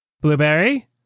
Blueberry